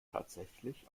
tatsächlich